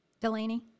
Delaney